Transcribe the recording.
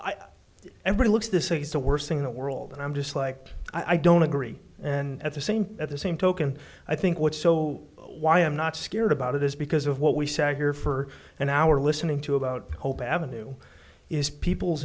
at this is the worst thing in the world and i'm just like i don't agree and at the same at the same token i think what's so why i am not scared about it is because of what we sat here for an hour listening to about hope avenue is people's